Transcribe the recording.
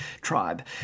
tribe